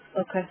Okay